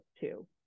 two